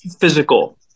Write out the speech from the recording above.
physical